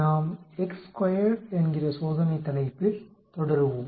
நாம் என்கிற சோதனை தலைப்பில் தொடருவோம்